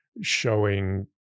showing